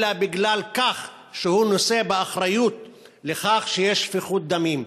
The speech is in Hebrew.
אלא כי הוא נושא באחריות לכך שיש שפיכות דמים.